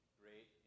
great